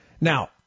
Now